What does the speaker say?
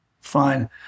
fine